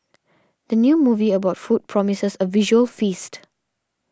the new movie about food promises a visual feast